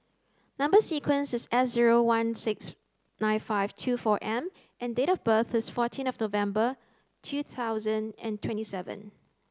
number sequence is S zero one six nine five two four M and date of birth is forteen of November two thousand and twenty seven